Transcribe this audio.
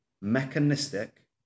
mechanistic